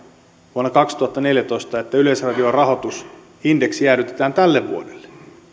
vuonna kaksituhattaneljätoista että yleisradion rahoitusindeksi jäädytetään tälle vuodelle